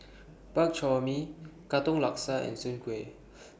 Bak Chor Mee Katong Laksa and Soon Kueh